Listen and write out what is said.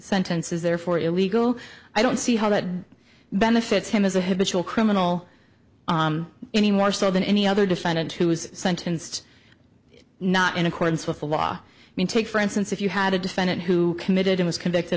sentence is therefore illegal i don't see how that benefits him as a habitable criminal any more so than any other defendant who was sentenced not in accordance with the law i mean take for instance if you had a defendant who committed it was convicted